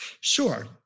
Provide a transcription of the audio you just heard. Sure